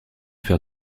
faire